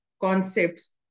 concepts